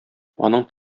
аның